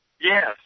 Yes